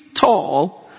tall